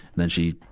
then she,